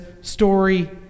story